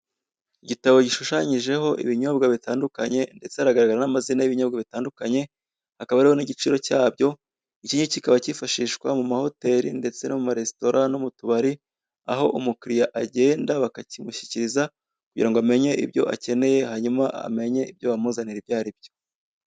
Igitabo gishushanyijeho ibinyobwa bitandukanye, ndetse haragaraho amazina y'ibyobwa bitandukanye hakaba hariho n'igiciro cyabyo iki kikaba cyifashishwa mu mahoteli ndetse no maresitora no mu tubari aho umukiriya agenda bakakimushyikiriza kugira ngo amenye ibyo akeneye hanyuma amenye ibyo bamuzanira ibyo aribyo.